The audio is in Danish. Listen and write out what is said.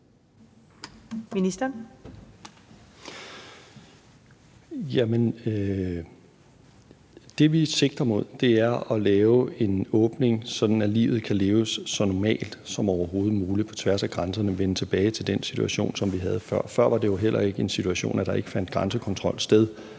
Hækkerup): Det, vi sigter mod, er at lave en åbning, sådan at livet kan leves så normalt som overhovedet muligt på tværs af grænserne, og vende tilbage til den situation, som vi havde før. Før var der jo heller ikke den situation, at der ikke fandt grænsekontrol sted